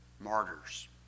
martyrs